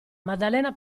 maddalena